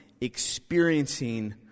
experiencing